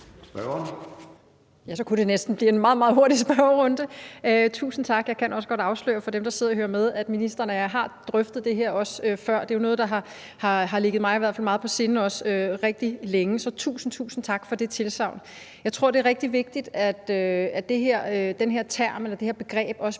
så kunne det næsten blive en meget, meget hurtig spørgerunde. Tusind tak. Jeg kan også godt afsløre for dem, der sidder og hører med, at ministeren og jeg har drøftet det her før. Det er jo noget, der har ligget mig meget på sinde rigtig længe. Så tusind, tusind tak for det tilsagn. Jeg tror, det er rigtig vigtigt, at den her term eller det her begreb også